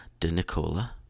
DeNicola